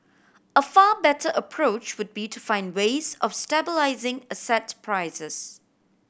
a far better approach would be to find ways of stabilising asset prices